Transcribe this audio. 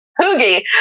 Hoogie